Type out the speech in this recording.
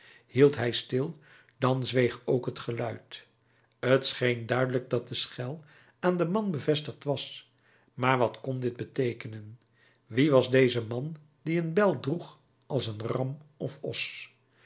hield hij stil dan zweeg ook het geluid t scheen duidelijk dat de schel aan den man bevestigd was maar wat kon dit beteekenen wie was deze man die een bel droeg als een ram of